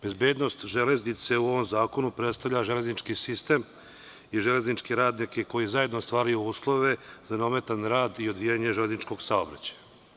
Bezbednost železnice u ovom zakonu predstavlja železnički sistem i železničke radnike koji zajedno ostvaruju uslove za neometan rad i odvijanje železničkog saobraćaja.